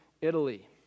Italy